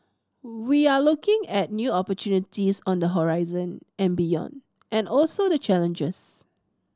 we are looking at new opportunities on the horizon and beyond and also the challenges